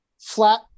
flat